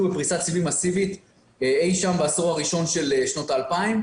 בפריסת סיבים מסיבית אי-שם בעשור הראשון של שנות ה-2,000.